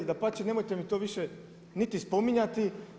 Dapače, nemojte mi to više niti spominjati.